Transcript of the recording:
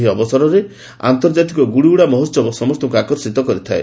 ଏହି ଅସରର ଆନ୍ତର୍ଜାତିକ ଗୁଡ଼ିଉଡ଼ା ମହୋତ୍ସବ ସମସ୍ତଙ୍କୁ ଆକର୍ଷିତ କରିଥାଏ